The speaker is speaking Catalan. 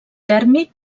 tèrmic